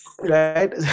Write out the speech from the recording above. right